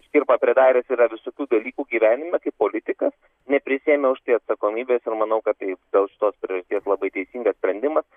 škirpa pridaręs yra visokių dalykų gyvenime kaip politikas neprisiėmė už tai atsakomybės ir manau kad taip dėl šitos priežasties labai teisingas sprendimas